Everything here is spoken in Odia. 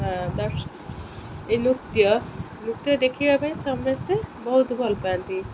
ନୃତ୍ୟ ନୃତ୍ୟ ଦେଖିବା ପାଇଁ ସମସ୍ତେ ବହୁତ ଭଲ ପାଆନ୍ତି